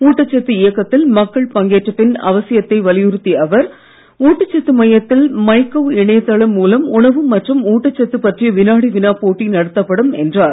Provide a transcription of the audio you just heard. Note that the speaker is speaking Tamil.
ஊட்டச்சத்து இயக்கத்தில் மக்கள் பங்கேற்பின் அவசியத்தை வலியுறுத்திய அவர் ஊட்டச்சத்து மாதத்தில் மை கவ் இணையதளம் மூலம் உணவு மற்றும் ஊட்டச்சத்து பற்றிய வினாடி வினா போட்டி நடத்தப்படும் என்றார்